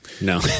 No